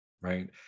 right